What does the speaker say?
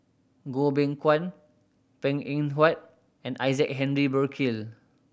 Goh Beng Kwan Png Eng Huat and Isaac Henry Burkill